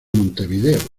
montevideo